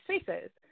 spaces